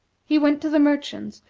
he went to the merchants,